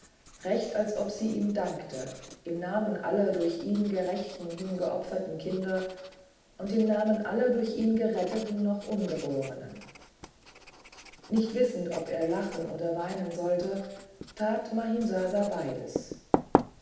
recht als ob sie ihm dankte im namen aller durch ihn gerächten hingeopferten kinder und im namen aller durch ihn geretteten noch ungeborenen und nicht wissend ob er lachen oder weinen sollte tat mahimsasa beides